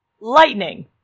Lightning